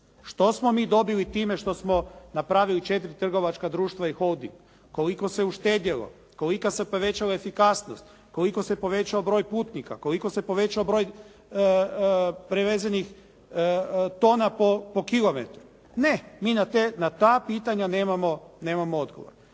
što smo mi dobili s time što smo napravili 4 trgovačka društva I Holding? Koliko se uštedjelo, koliko se povećala efikasnost, koliko se povećao broj putnika, koliko se povećao broj prevezenih tona po kilometru? Ne, mi na ta pitanja nemamo odgovor.